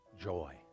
joy